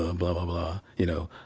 ah and blah, blah, blah, you know,